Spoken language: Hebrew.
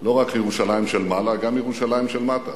לא רק ירושלים של מעלה אלא גם ירושלים של מטה,